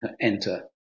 enter